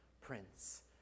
Prince